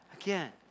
Again